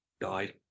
died